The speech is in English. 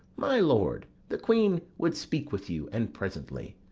my lord the queen would speak with you, and presently.